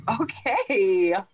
Okay